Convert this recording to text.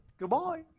Goodbye